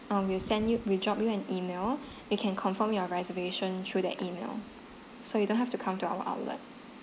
um we'll send you we'll drop you an email you can confirm your reservation through that email so you don't have to come to our outlet